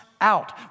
out